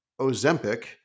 Ozempic